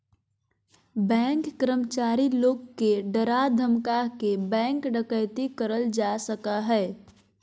bank कर्मचारी लोग के डरा धमका के बैंक डकैती करल जा सका हय